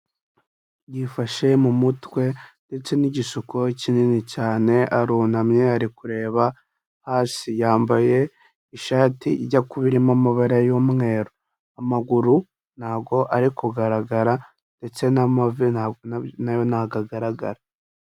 Yifashe mu mutwe ndetse n'igisuko kinini cyane, arunamye ari kureba hasi, yambaye ishati ijya kuba irimo amabara y'umweru. Amaguru ntago ari kugaragara ndetse n'amavi ntabwo, na yo agaragara.